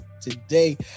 today